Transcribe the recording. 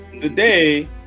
today